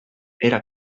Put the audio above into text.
era